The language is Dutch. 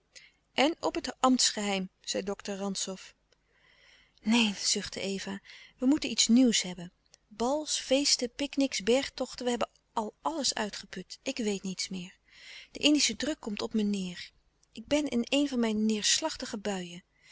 en op het ambtsgeheim zei dokter rantzow neen zuchtte eva wij moeten iets nieuws hebben bals feesten pic nics bergtochten we hebben al alles uitgeput ik weet niets meer de indische druk komt op me neêr ik ben in een van mijn neêrslachtige buien